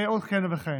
ועוד כהנה וכהנה.